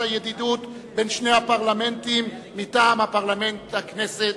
הידידות בין שני הפרלמנטים מטעם הכנסת,